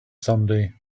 someday